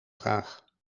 graag